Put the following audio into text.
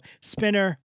Spinner